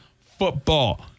football